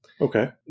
Okay